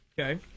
Okay